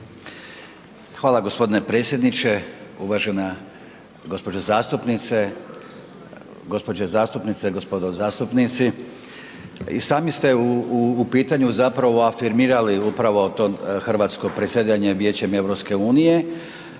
Hvala g. predsjedniče. Uvažena gđo. zastupnice, gospođe zastupnici, gospodo zastupnici. I sami ste u pitanju zapravo afirmirali upravo to hrvatsko predsjedanje Vijećem EU-a